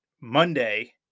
Monday